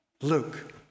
Luke